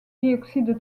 dioxyde